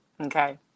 Okay